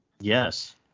Yes